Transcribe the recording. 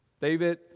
David